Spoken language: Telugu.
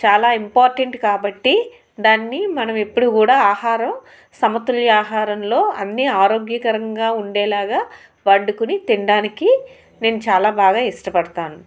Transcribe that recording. చాలా ఇంపార్టెంట్ కాబట్టి దాన్ని మనం ఎప్పుడూ కూడా ఆహారం సమతుల్య ఆహారంలో అన్ని ఆరోగ్యకరంగా ఉండేలాగా వండుకొని తినడానికి నేను చాలా బాగా ఇష్టపడతాను